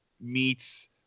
meets